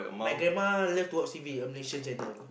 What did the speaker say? mine grandma loves to watch T_V uh Malaysian channel